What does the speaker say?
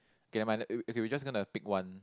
okay never mind okay okay we just gonna pick one